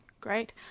Great